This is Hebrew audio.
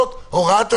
זו הוראת שעה.